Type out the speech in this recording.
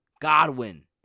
Godwin